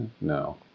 no